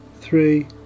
three